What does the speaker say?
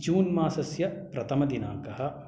जून् मासस्य प्रथमदिनाङ्कः